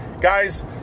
guys